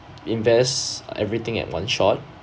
invest everything at one shot